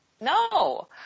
No